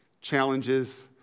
challenges